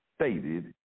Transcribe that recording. stated